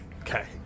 Okay